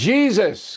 Jesus